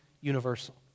universal